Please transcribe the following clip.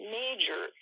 major